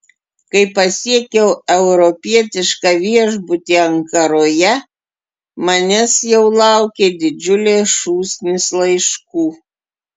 kai pasiekiau europietišką viešbutį ankaroje manęs jau laukė didžiulė šūsnis laiškų